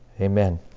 Amen